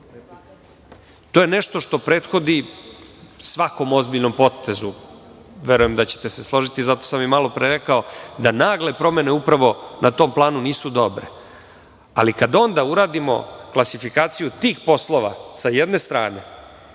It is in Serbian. To je nešto što prethodni svakom ozbiljnom potezu. Verujem da ćete se složiti, zato sam i malopre rekao da nagle promene upravo na tom planu nisu dobre. Ali, kada uradimo klasifikaciju tih poslova sa jedne strane